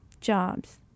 jobs